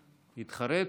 התחרט.